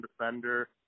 defender